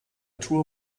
tour